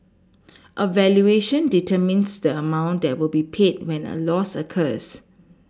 a valuation determines the amount that will be paid when a loss occurs